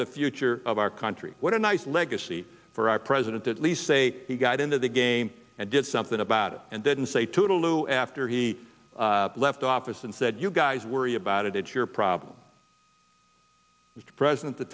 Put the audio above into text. the future of our country what a nice legacy for our president at least say he got into the game and did something about it and didn't say to the loo after he left office and said you guys worry about it it's your problem mr president the